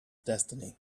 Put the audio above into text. destiny